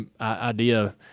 idea